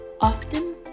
Often